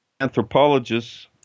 anthropologists